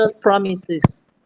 promises